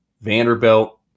vanderbilt